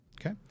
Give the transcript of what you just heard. Okay